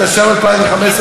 התשע"ו 2015,